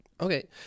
Okay